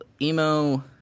Emo